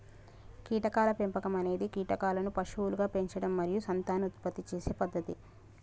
కీటకాల పెంపకం అనేది కీటకాలను పశువులుగా పెంచడం మరియు సంతానోత్పత్తి చేసే పద్ధతి